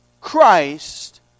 Christ